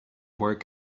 work